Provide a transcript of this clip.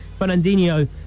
Fernandinho